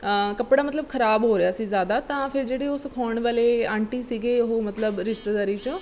ਕੱਪੜਾ ਮਤਲਬ ਖਰਾਬ ਹੋ ਰਿਹਾ ਸੀ ਜ਼ਿਆਦਾ ਤਾਂ ਫਿਰ ਜਿਹੜੇ ਉਹ ਸਿਖਾਉਣ ਵਾਲੇ ਆਂਟੀ ਸੀਗੇ ਉਹ ਮਤਲਬ ਰਿਸ਼ਤੇਦਾਰੀ 'ਚੋਂ